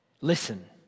listen